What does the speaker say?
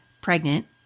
pregnant